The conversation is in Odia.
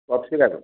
cough syrup